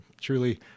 truly